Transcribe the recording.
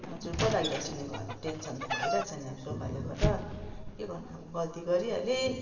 अब चुपो लागि रहेको छु नि घरमा टेन्सन त भइरहेको छ नि अब सोफाले गर्दा के गर्नु अब गल्ती गरिहालेँ